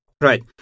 right